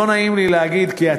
לא נעים לי להגיד כי,